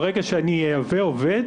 ברגע שאני אייבא עובד,